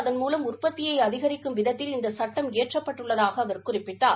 அதன் மூலம் உற்பத்தியை அதிகரிக்கும் விதத்தில் இந்த சட்டம் இயற்றப்பட்டுள்ளதாக அவர் குறிப்பிட்டார்